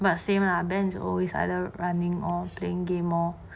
but same lah ben is always either running or playing game lor